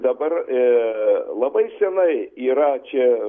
dabar labai senai yra čia